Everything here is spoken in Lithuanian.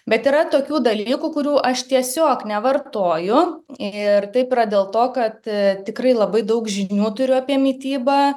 bet yra tokių dalykų kurių aš tiesiog nevartoju ir taip yra dėl to kad tikrai labai daug žinių turiu apie mitybą